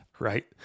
Right